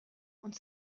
und